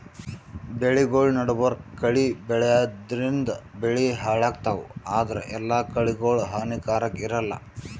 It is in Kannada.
ಬೆಳಿಗೊಳ್ ನಡಬರ್ಕ್ ಕಳಿ ಬೆಳ್ಯಾದ್ರಿನ್ದ ಬೆಳಿ ಹಾಳಾಗ್ತಾವ್ ಆದ್ರ ಎಲ್ಲಾ ಕಳಿಗೋಳ್ ಹಾನಿಕಾರಾಕ್ ಇರಲ್ಲಾ